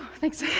thanks.